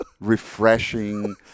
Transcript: refreshing